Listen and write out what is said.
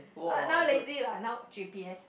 but now lazy lah now G_P_S